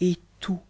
et tout